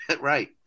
right